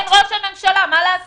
כן, ראש הממשלה, מה לעשות.